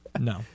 No